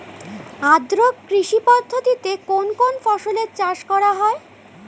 আদ্র কৃষি পদ্ধতিতে কোন কোন ফসলের চাষ করা হয়?